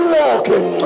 walking